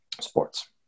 sports